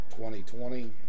2020